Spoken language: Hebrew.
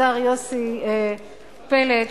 השר יוסי פלד,